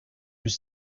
was